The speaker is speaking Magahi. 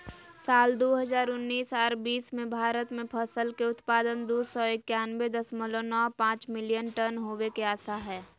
साल दू हजार उन्नीस आर बीस मे भारत मे फसल के उत्पादन दू सौ एकयानबे दशमलव नौ पांच मिलियन टन होवे के आशा हय